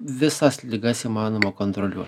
visas ligas įmanoma kontroliuot